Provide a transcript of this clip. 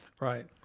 Right